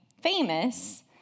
famous